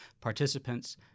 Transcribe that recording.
participants